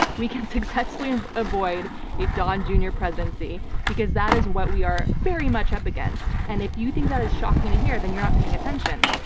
we can successfully and avoid a don jr. presidency because that is what we are very much up against. and if you think that is shocking to hear, then you're not paying attention.